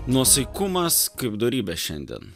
nuosaikumas kaip dorybė šiandien